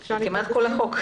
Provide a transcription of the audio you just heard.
אני רואה שזה כמעט כל החוק.